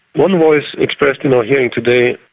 one voice, expressed in our hearing today,